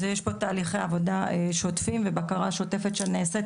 יש פה תהליכי עבודה שוטפים ובקרה שוטפת שנעשית